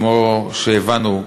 כמו שהבנו,